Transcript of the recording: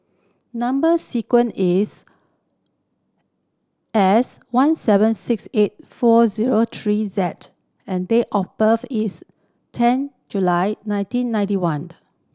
number sequence is S one seven six eight four zero three Z and date of birth is ten July nineteen ninety one